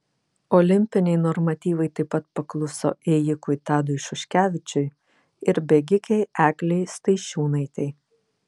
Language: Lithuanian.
olimpiniai normatyvai taip pat pakluso ėjikui tadui šuškevičiui ir bėgikei eglei staišiūnaitei